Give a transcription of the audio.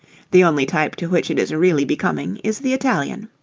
the only type to which it is really becoming is the italian.